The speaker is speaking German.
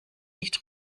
nicht